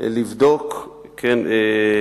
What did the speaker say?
לבדוק את העניין הזה,